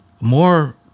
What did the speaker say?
more